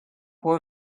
poor